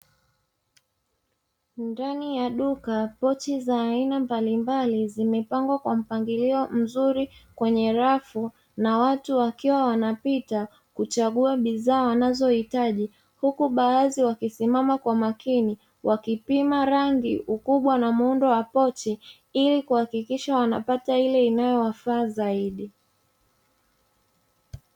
Ndani ya duka pochi za aina mbalimbali zimepangwa kwa mpangilio mzuri kwenye rafu na watu wakiwa wanapita kuchagua bidhaa wanazohitaji, baadhi ya wakisimama kwa umakini wakipima rangi na ukubwa wa pochi ili kuhakikisha wanapata ile inayowafaa zaidi.